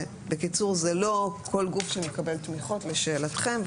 בקיצור, זה לא כל גוף שמקבל תמיכות, לשאלתכם.